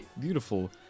beautiful